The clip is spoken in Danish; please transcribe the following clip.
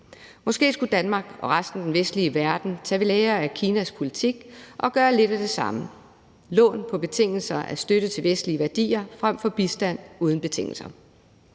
Måske skulle Danmark og resten af den vestlige verden tage ved lære af Kinas politik og gøre lidt af det samme: lån på betingelse af støtte til vestlige værdier frem for bistand uden betingelser.